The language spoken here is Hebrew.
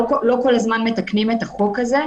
לא כל הזמן מתקנים את החוק הזה,